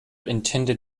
intended